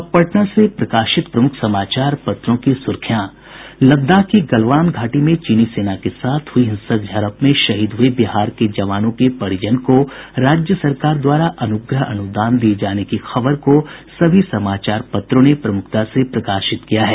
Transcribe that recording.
अब पटना से प्रकाशित प्रमुख समाचार पत्रों की सुर्खियां लद्दाख की गलवान घाटी में चीनी सेना के साथ हुई हिंसक झड़प में शहीद हुये बिहार के जवानों के परिजन को राज्य सरकार द्वारा अनुग्रह अनुदान दिये जाने की खबर को सभी समाचार पत्रों ने प्रमुखता से प्रकाशित किया है